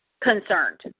concerned